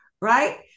right